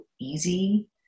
easy